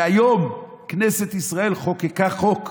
שהיום כנסת ישראל חוקקה חוק.